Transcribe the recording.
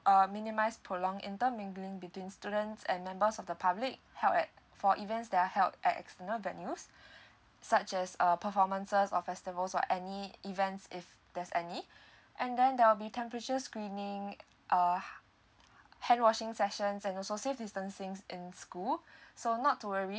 uh minimise prolong intermingling between students and members of the public held at for events that are held at external venues such as uh performances or festivals or any events if there's any and then there will be temperature screening uh hand washing sessions and also safe distancing in school so not to worry